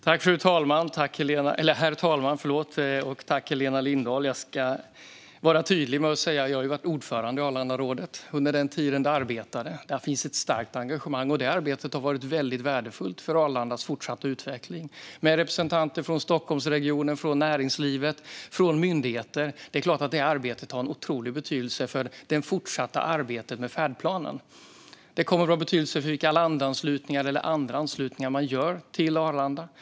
Herr talman! Tack, Helena Lindahl! Jag ska vara tydlig och säga att jag har varit ordförande i Arlandarådet under den tiden det arbetade. Där finns ett starkt engagemang, och det arbetet har varit väldigt värdefullt för Arlandas fortsatta utveckling. Där har funnits representanter för Stockholmsregionen, näringslivet och myndigheter, och det är klart att det arbetet har otrolig betydelse för det fortsatta arbetet med färdplanen. Det kommer att ha betydelse för vilka landanslutningar eller andra anslutningar till Arlanda man gör.